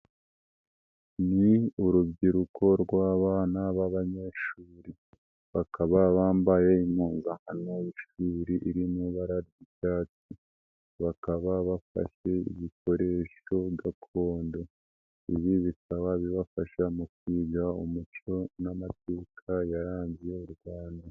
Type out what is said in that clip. Ni urubyiruko rw'abana b'abanyeshuri bakaba bambaye impunkano y'ishuri iri mu bara ry'icyatsi, bakaba bafashe igikoresho gakondo, ibi bikaba bibafasha mu kwiga umuco n'amateka yaranze u Rwanda.